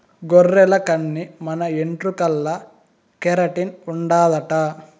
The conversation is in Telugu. గొర్రెల కన్ని మన ఎంట్రుకల్ల కెరటిన్ ఉండాదట